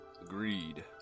Agreed